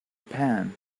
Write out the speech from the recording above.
pen